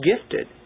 gifted